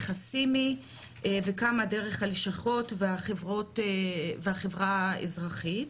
הסימי וכמה דרך הלשכות והחברה האזרחית.